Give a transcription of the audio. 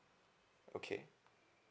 okay